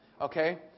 Okay